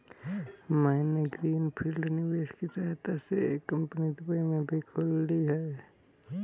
मैंने green field निवेश की सहायता से एक कंपनी दुबई में भी खोल ली है